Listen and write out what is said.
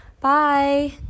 Bye